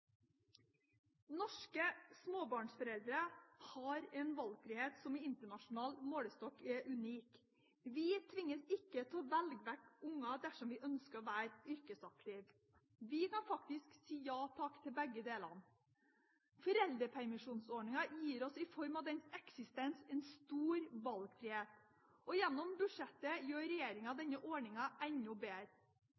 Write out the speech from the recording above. Norske småbarnsforeldre har en valgfrihet som i internasjonal målestokk er unik. Vi tvinges ikke til å velge vekk barn dersom vi ønsker å være yrkesaktive. Vi kan faktisk si ja takk til begge deler. Foreldrepermisjonsordningen gir oss i form av dens eksistens en stor valgfrihet. Og gjennom budsjettet gjør